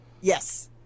yes